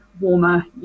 warmer